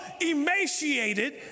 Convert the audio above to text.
emaciated